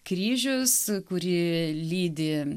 kryžius kurį lydi